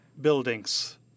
buildings